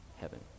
heaven